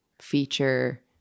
feature